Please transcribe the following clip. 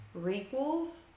requels